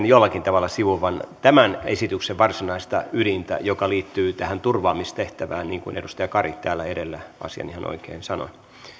jollakin tavalla sivuta tämän esityksen varsinaista ydintä joka liittyy tähän turvaamistehtävään niin kuin edustaja kari täällä edellä asian ihan oikein sanoi